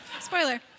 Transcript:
spoiler